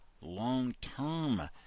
long-term